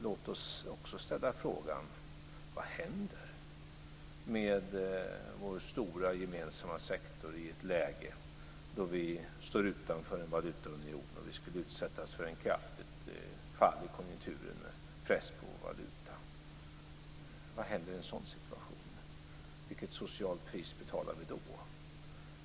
Låt oss också ställa frågan vad som händer med vår stora gemensamma sektor i ett läge då vi står utanför en valutaunion och vi utsätts för ett kraftigt fall i konjunkturen och en press på valutan. Vad händer i en sådan situation? Vilket socialt pris betalar vi då?